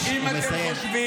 אתה מתרץ את זה?